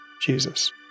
Jesus